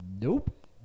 Nope